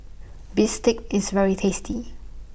Bistake IS very tasty